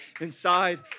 inside